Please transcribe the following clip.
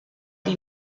die